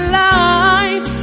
life